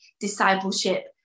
discipleship